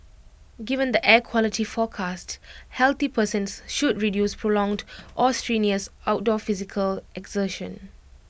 given the air quality forecast healthy persons should reduce prolonged or strenuous outdoor physical exertion